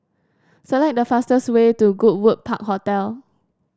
select the fastest way to Goodwood Park Hotel